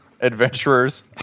Adventurers